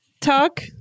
talk